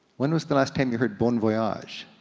when was the last time you heard bon voyage?